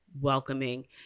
welcoming